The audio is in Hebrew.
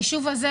היישוב הזה,